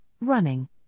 running